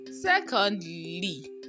secondly